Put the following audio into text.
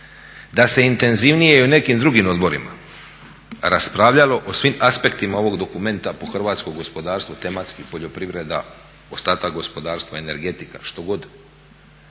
da se intenzivnije i u nekim drugim odborima raspravljalo o svim aspektima ovog dokumenta po hrvatsko gospodarstvo …/Govornik se ne razumije./… poljoprivreda, ostatak gospodarstva, energetika što god.